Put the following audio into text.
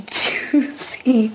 juicy